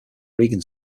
regan